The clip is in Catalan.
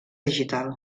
digital